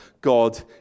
God